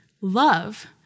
love